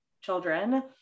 children